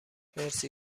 مرسی